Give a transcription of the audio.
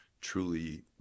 truly